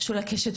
שולה קשת,